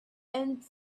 and